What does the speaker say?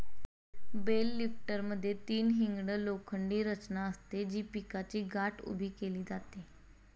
bell लिफ्टरमध्ये तीन hinged लोखंडी रचना असते, जी पिकाची गाठ उभी केली जाते